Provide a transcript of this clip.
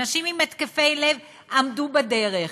אנשים עם התקפי לב עמדו בדרך.